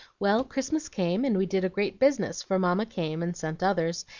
well, christmas came, and we did a great business, for mamma came and sent others,